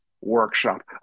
Workshop